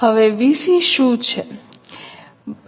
હવે વીસી શું છે